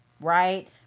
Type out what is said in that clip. right